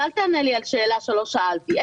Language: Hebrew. אל תענה לי על שאלה שלא שאלתי.